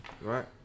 right